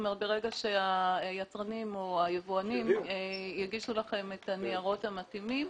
ברגע שהיצרנים והיבואנים יגישו לכם את הניירות המתאימים,